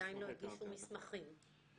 שעדיין לא הגישו מסמכים, כן.